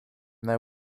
their